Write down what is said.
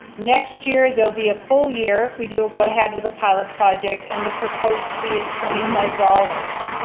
next year, they'll be a full year, if we do go ahead with the the pilot project and the proposed fee is twenty five dollars.